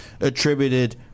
attributed